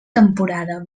temporada